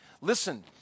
Listen